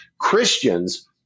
Christians